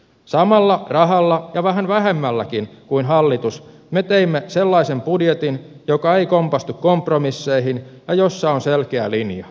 samalla rahalla ja vähän vähemmälläkin kuin hallitus me teimme sellaisen budjetin joka ei kompastu kompromisseihin ja jossa on selkeä linja